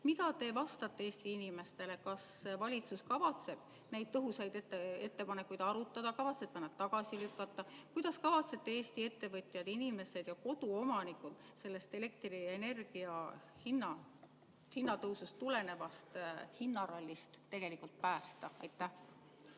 Mida te vastate Eesti inimestele? Kas valitsus kavatseb neid tõhusaid ettepanekuid arutada või plaanite te need tagasi lükata? Kuidas kavatsete Eesti ettevõtjad, inimesed ja koduomanikud sellest elektrienergia hinnatõusust tulenevast hinnarallist päästa? Jaa,